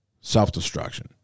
Self-destruction